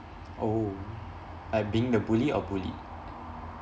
oh like being the bully or bullied